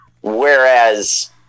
Whereas